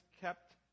kept